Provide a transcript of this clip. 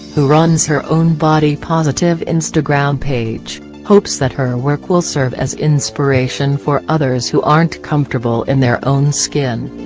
who runs her own body-positive instagram page, hopes that her work will serve as inspiration for others who aren't comfortable in their own skin.